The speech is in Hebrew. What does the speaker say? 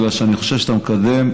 בגלל שאני חושב שאתה מקדם,